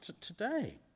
today